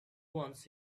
once